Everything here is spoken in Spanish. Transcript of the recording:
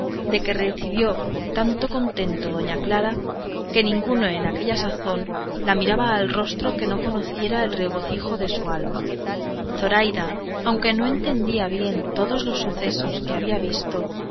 de que recibió tanto contento doña clara que ninguno en aquella sazón la mirara al rostro que no conociera el regocijo de su alma zoraida aunque no entendía bien todos los sucesos que había visto